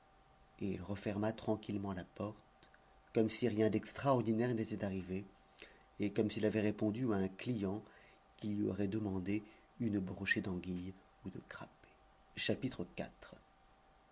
et il referma tranquillement la porte comme si rien d'extraordinaire n'était arrivé et comme s'il avait répondu à un client qui lui aurait demandé une brochée d'anguilles ou de crapets